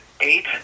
eight